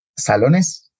salones